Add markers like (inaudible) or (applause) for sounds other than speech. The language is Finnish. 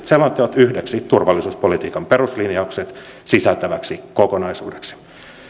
(unintelligible) selonteot yhdeksi turvallisuuspolitiikan peruslinjaukset sisältäväksi kokonaisuudeksi